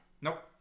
Nope